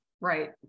right